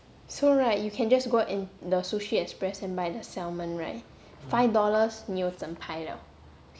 so right you can just go and the sushi express and buy the salmon right five dollars 你有整排 liao